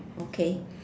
okay